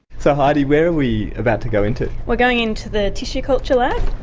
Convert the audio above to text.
so heidi, where are we about to go into? we're going into the tissue culture lab.